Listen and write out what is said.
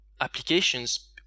applications